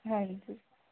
ਹਾਂਜੀ